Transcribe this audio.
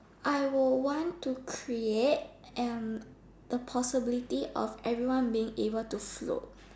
I will want to create um the possibility of everyone being able to float